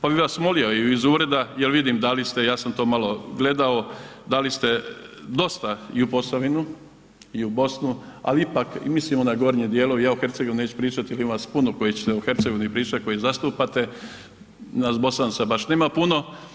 Pa bih vas molio i iz ureda, jer vidim dali ste, ja sam to malo gledao, dali ste dosta i u Posavinu i u Bosnu ali ipak, mislimo na gornje dijelove, ja o Hercegovini neću pričati jer ima vas puno koji ćete o Hercegovini pričati koji zastupate, nas Bosanca baš nema puno.